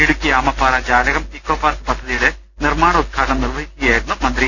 Idukki Amappara Jalakam eco park പദ്ധതിയുടെ നിർമാണ ഉദ്ഘാടനം നിർവ്വഹിക്കുക യായിരുന്നു മന്ത്രി